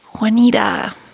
Juanita